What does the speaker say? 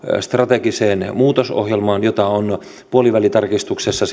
strategiseen muutosohjelmaan jota on puolivälitarkistuksessa